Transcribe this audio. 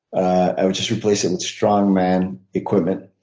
i would just replace it with strong man equipment.